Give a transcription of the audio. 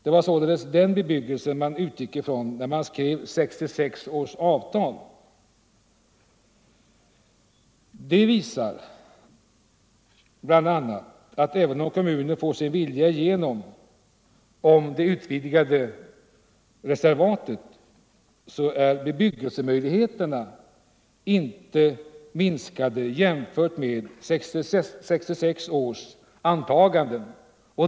Det var således den bebyggelsen man utgick ifrån när man skrev 1966 års avtal. Det visar bl.a. att även om kommunen får sin vilja igenom i fråga om det utvidgade reservatet, så är bebyggelsemöjligheterna inte minskade jämfört med 1966 års antaganden.